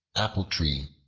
apple-tree,